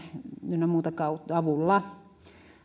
ynnä muiden avulla